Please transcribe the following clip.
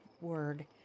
word